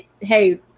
Hey